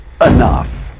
enough